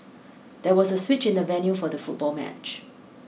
there was a switch in the venue for the football match